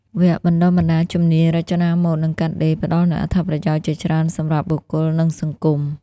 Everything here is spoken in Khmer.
វគ្គបណ្តុះបណ្តាលជំនាញ រចនាម៉ូដ និងកាត់ដេរ ផ្តល់នូវអត្ថប្រយោជន៍ជាច្រើនសម្រាប់បុគ្គល និងសង្គម។